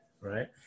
right